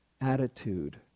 attitude